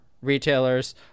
retailers